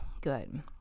good